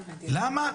למה?